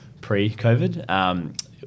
pre-COVID